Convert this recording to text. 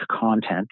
content